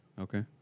Okay